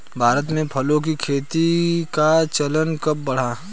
भारत में फलों की खेती का चलन कब बढ़ा?